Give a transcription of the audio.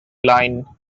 line